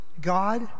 God